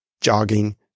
jogging